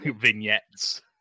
vignettes